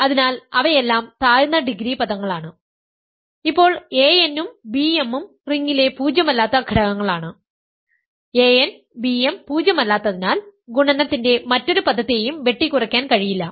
അതിനാൽ അവയെല്ലാം താഴ്ന്ന ഡിഗ്രി പദങ്ങളാണ് ഇപ്പോൾ an ഉം bm ഉം റിംഗിലെ പൂജ്യമല്ലാത്ത ഘടകങ്ങളാണ് an bm പൂജ്യമല്ലാത്തതിനാൽ ഗുണനത്തിൻറെ മറ്റൊരു പദത്തെയും വെട്ടികുറയ്ക്കാൻ കഴിയില്ല